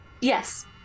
Yes